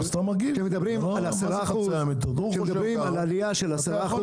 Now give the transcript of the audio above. כשמדברים על עלייה של 10%,